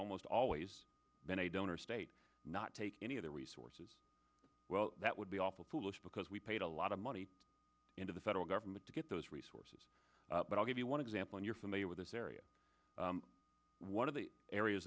almost always been a donor state not take any other resources well that would be awful foolish because we paid a lot of money into the federal government to get those resources but i'll give you one example if you're familiar with this area one of the areas